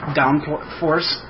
downforce